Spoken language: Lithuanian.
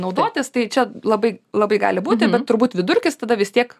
naudotis tai čia labai labai gali būti bet turbūt vidurkis tada vis tiek